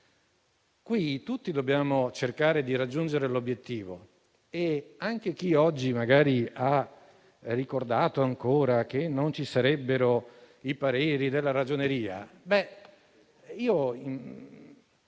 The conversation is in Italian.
Qui tutti dobbiamo cercare di raggiungere l'obiettivo e mi rivolgo anche a chi oggi ha ricordato ancora che non ci sarebbero i pareri della Ragioneria; signor